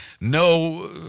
no